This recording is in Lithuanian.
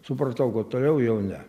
supratau kad toliau jau ne